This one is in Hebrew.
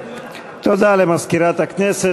תודה למזכירת הכנסת.